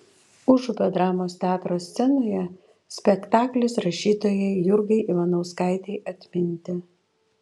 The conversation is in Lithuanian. užupio dramos teatro scenoje spektaklis rašytojai jurgai ivanauskaitei atminti